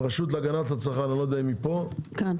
הרשות להגנת הצרכן, הם כאן,